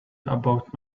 about